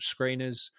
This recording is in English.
screeners